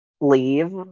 leave